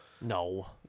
No